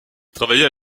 travaillait